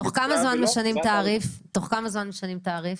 תוך כמה זמן משנים תעריף?